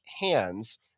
hands